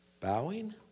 bowing